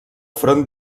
front